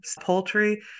poultry